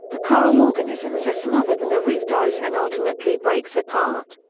the coral organisms are smothered and the reef dies and ultimately breaks apart.